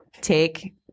take